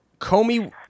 Comey